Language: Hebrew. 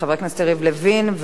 חבר הכנסת יריב לוין.